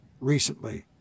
recently